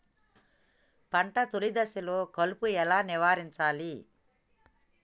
పంట తొలి దశలో కలుపు ఎలా నివారించాలి?